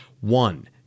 One